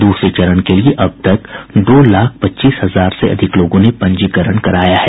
दूसरे चरण के लिये अब तक दो लाख पच्चीस हजार से अधिक लोगों ने पंजीकरण कराया है